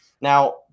Now